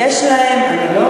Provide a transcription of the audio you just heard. יש להם, מרחק זה לא טיעון.